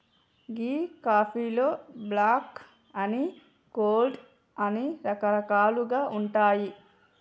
గీ కాఫీలో బ్లాక్ అని, కోల్డ్ అని రకరకాలుగా ఉంటాయి